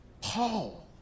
Paul